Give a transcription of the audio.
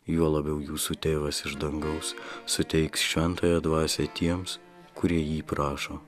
juo labiau jūsų tėvas iš dangaus suteiks šventąją dvasią tiems kurie jį prašo